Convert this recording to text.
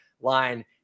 line